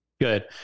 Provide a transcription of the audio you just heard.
Good